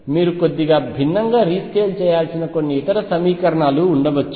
మీరు కొద్దిగా భిన్నంగా రీస్కేల్ చేయాల్సిన కొన్ని ఇతర సమీకరణాలు ఉండవచ్చు